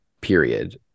period